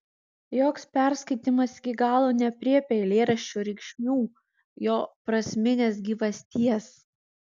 joks perskaitymas iki galo neaprėpia eilėraščio reikšmių jo prasminės gyvasties